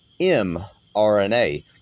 mRNA